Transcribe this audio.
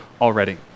already